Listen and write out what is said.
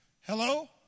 Hello